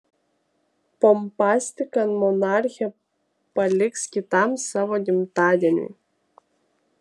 pompastiką monarchė paliks kitam savo gimtadieniui